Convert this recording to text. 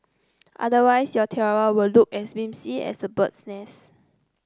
otherwise your tiara will look as wispy as a bird's nest